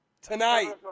Tonight